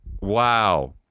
Wow